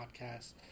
podcast